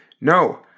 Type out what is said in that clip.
no